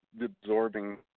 absorbing